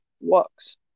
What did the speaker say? works